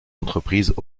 entreprises